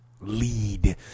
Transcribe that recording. lead